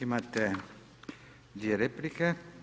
Imate dvije replike.